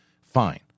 fine